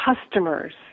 customers